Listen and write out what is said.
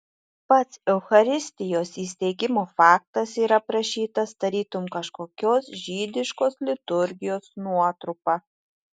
pats eucharistijos įsteigimo faktas yra aprašytas tarytum kažkokios žydiškos liturgijos nuotrupa